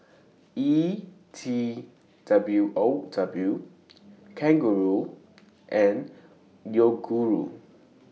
E T W O W Kangaroo and Yoguru